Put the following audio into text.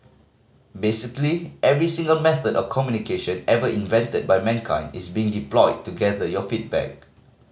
basically every single method of communication ever invented by mankind is being deployed to gather your feedback